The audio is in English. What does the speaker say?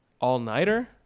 All-nighter